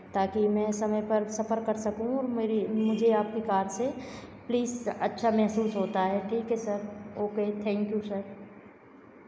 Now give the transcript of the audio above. ताकि मैं समय पर सफ़र कर सकूँ और मेरी मुझे आपके कार से प्लीज़ अच्छा महसूस होता है ठीक है sir okay thank you sir